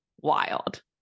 wild